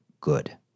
good